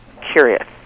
curious